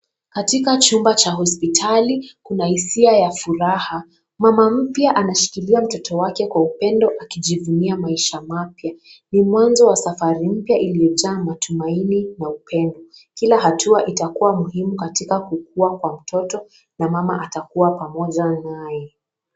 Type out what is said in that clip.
Katika chumba cha hospitali kuna hisia ya furaha . Mama mpya anashikilia mtoto wake kwa upendo akijivunia maisha mapya. Ni mwanzo wa safari mpya iliyojaa matumaini na upendo. Kila hatua itakuwa muhimu katika kukua kwa mtoto na mama atakuwa pamoja naye.